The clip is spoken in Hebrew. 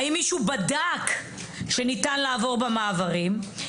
האם מישהו בדק שניתן לעבור במעברים?